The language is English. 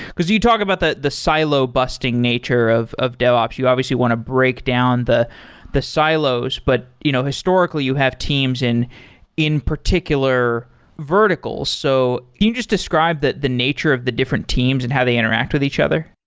because you talked about the the silo-busting nature of of devops. you obviously want to break down the the silos, but you know historically you have teams in in particular verticals. so can you just describe the the nature of the different teams and how they interact with each other?